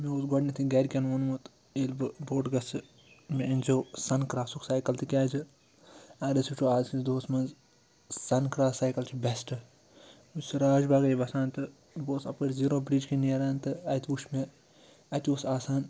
مےٚ اوس گۄڈٕنیٮٚتھٕے گَرِکٮ۪ن ووٚنمُت ییٚلہِ بہٕ بوٚڈ گژھٕ مےٚ أنۍزیو سَن کراسُک سایکل تِکیٛازِ اگر أسۍ وٕچھو آزکِس دۄہَس منٛز سَن کرٛاس سایکل چھُ بیٮسٹ بہٕ چھُس راج باغے بسان تہٕ بہٕ اوسُس اَپٲرۍ زیٖرو برج کن نیران تہٕ اَتہِ وُچھ مےٚ اَتہِ اوس آسان